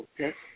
Okay